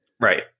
Right